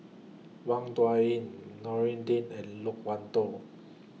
Wang Dayuan Din and Loke Wan Tho